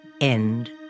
End